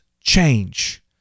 change